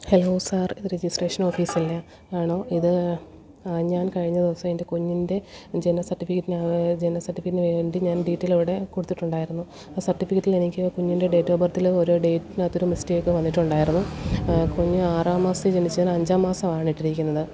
hello sir ഇത് registration ഓഫീസല്ലേ ആണോ ഇത് ഞാൻ കഴിഞ്ഞ ദിവസം എൻ്റെ കുഞ്ഞിൻ്റെ ജനന സർട്ടിഫിക്കറ്റിനായി ജനന സർട്ടിഫിക്കറ്റിന് വേണ്ടി ഞാൻ ഡീറ്റൈലവിടെ കൊടുത്തിട്ടുണ്ടായിരുന്നു ആ സർട്ടിഫിക്കറ്റിലെനിക്ക് കുഞ്ഞിൻ്റെ ഡേറ്റ് ഓഫ് ബർത്തില് ഒരു ഡെയ്റ്റിനകത്തൊരു മിസ്റ്റേക്ക് വന്നിട്ടുണ്ടായിരുന്നു കുഞ്ഞ് ആറാം മാസത്തിൽ ജനിച്ചതിന് അഞ്ചാം മാസം ആണ് ഇട്ടിരിക്കുന്നത്